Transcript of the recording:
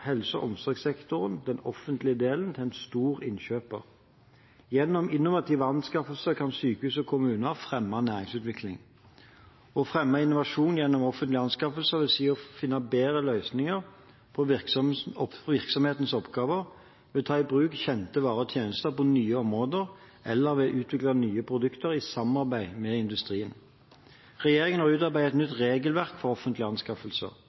helse- og omsorgssektoren – den offentlige delen – til en stor innkjøper. Gjennom innovative anskaffelser kan sykehus og kommuner fremme næringsutvikling. Å fremme innovasjon gjennom offentlige anskaffelser vil si å finne bedre løsninger på virksomhetenes oppgaver ved å ta i bruk kjente varer og tjenester på nye områder eller ved å utvikle nye produkter i samarbeid med industrien. Regjeringen har utarbeidet et nytt regelverk for offentlige anskaffelser.